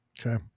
okay